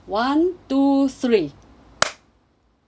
one two three